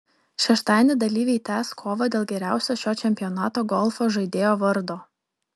šeštadienį dalyviai tęs kovą dėl geriausio šio čempionato golfo žaidėjo vardo